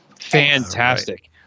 fantastic